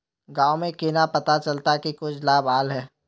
गाँव में केना पता चलता की कुछ लाभ आल है?